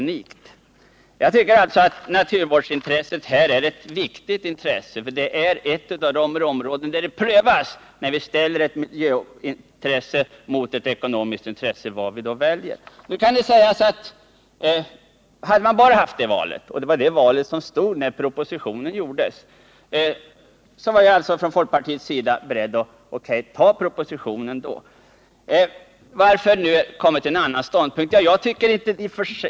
Här har vi alltså en fråga i vilken det prövas vad vi väljer, när vi ställer ett miljöintresse mot ett ekonomiskt intresse. Det var det valet som stod när propositionen utarbetades, och då var vi från folkpartiets sida beredda att godta propositionen. Varför har vi nu kommit till en annan ståndpunkt?